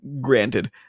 granted